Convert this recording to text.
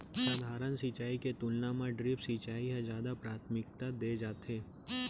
सधारन सिंचाई के तुलना मा ड्रिप सिंचाई का जादा प्राथमिकता दे जाथे